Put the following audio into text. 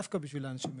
דווקא בשביל האנשים האלה,